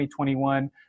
2021